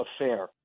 affair